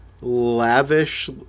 lavish